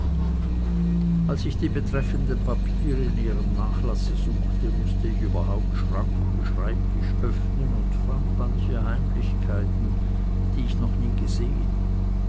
als ich die betreffenden papiere in ihrem nachlasse suchte mußte ich überhaupt schrank und schreibtisch öffnen und fand manche heimlichkeiten die ich noch nie gesehen